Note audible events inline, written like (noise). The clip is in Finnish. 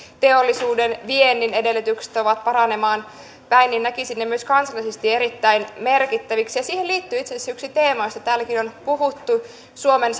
teollisuuden viennin edellytykset ovat paranemaan päin näkisin myös ne kansallisesti erittäin merkittäviksi siihen liittyy itse asiassa yksi teema josta täälläkin on puhuttu suomen (unintelligible)